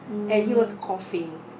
mm